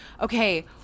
Okay